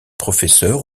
professeur